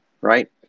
right